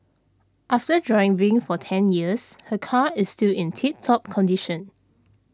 after driving for ten years her car is still in tip top condition